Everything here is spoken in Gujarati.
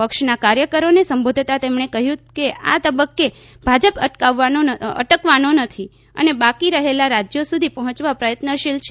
પક્ષના કાર્યકરોને સંબોધતાં તેમણે કહ્યું કે આ તબક્કે ભાજપ અટકવાનો નથી અને બાકી રહેલાં રાજ્યો સુધી પહોંચવા પ્રયત્નશીલ છે